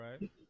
right